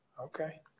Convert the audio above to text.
Okay